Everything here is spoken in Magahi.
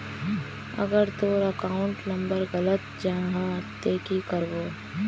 अगर तोर अकाउंट नंबर गलत जाहा ते की करबो?